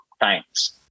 times